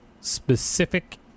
specific